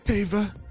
Ava